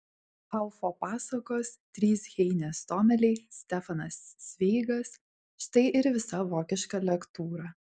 haufo pasakos trys heinės tomeliai stefanas cveigas štai ir visa vokiška lektūra